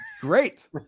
great